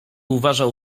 uważał